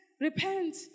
Repent